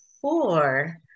four